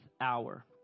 hour